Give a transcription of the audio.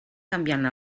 canviant